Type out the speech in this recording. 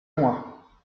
loin